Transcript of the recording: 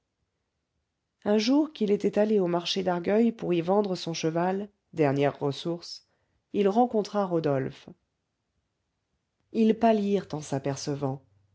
un jour qu'il était allé au marché d'argueil pour y vendre son cheval dernière ressource il rencontra rodolphe ils pâlirent en s'apercevant